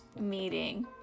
meeting